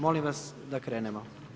Molim vas da krenemo.